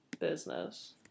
business